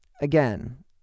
again